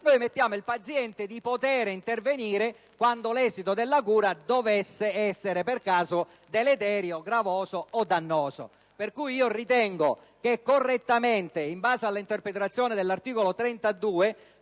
nella condizione di poter intervenire quando l'esito della cura dovesse essere per caso deleterio, gravoso o dannoso. Perciò ritengo che correttamente, in base all'interpretazione dell'articolo 32